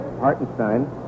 Hartenstein